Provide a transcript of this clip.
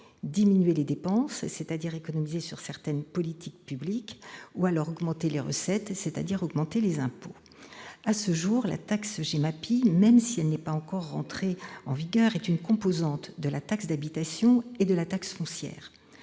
diminuer les dépenses, c'est-à-dire économiser sur certaines politiques publiques, ou augmenter les recettes, c'est-à-dire les impôts. À ce jour, la « taxe GEMAPI », même si elle n'est pas encore entrée en vigueur, est une composante de la taxe d'habitation et de la taxe foncière.